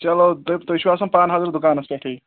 چلو دٔپۍ تُہۍ چھُ آسَان پانہٕ حضرت دُکانَس پٮ۪ٹھٕے